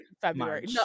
february